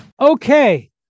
Okay